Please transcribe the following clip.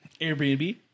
Airbnb